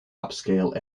upscale